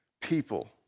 people